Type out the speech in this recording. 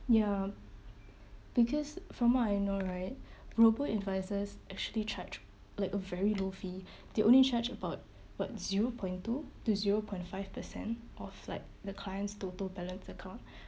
ya because from what I know right robo advisers actually charge like a very low fee they only charge about what zero point two to zero point five percent of like the client's total balance account